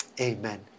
Amen